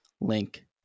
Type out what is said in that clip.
link